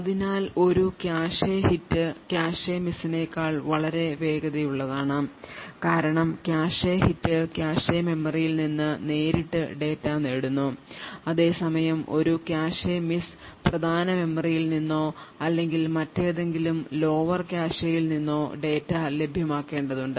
അതിനാൽ ഒരു cache hit cache മിസ്സിനേക്കാൾ വളരെ വേഗതയുള്ളതാണ് കാരണം കാഷെ ഹിറ്റ് കാഷെ മെമ്മറിയിൽ നിന്ന് നേരിട്ട് ഡാറ്റ നേടുന്നു അതേസമയം ഒരു കാഷെ മിസ് പ്രധാന മെമ്മറിയിൽ നിന്നോ അല്ലെങ്കിൽ മറ്റേതെങ്കിലും ലോവർ കാഷെയിൽ നിന്നോ ഡാറ്റ ലഭ്യമാക്കേണ്ടതുണ്ട്